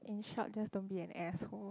in short just don't be an asshole